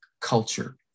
culture